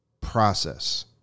process